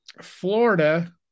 Florida